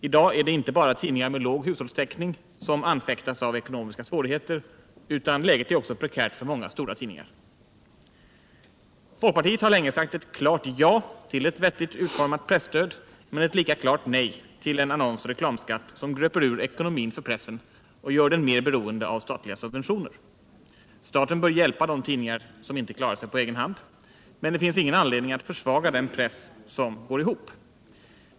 I dag är det inte bara tidningar med låg hushållstäckning som anfäktas av ekonomiska svårigheter, utan läget är också prekärt för många stora tidningar. Folkpartiet har länge sagt ett klart ja till ett vettigt utformat presstöd men ett lika klart nej till en annonsoch reklamskatt, som gröper ur ekonomin för pressen och gör den mer beroende av statliga subventioner. Staten bör hjälpa de tidningar som inte klarar sig på egen hand, men det finns ingen anledning att försvaga den press som går ihop.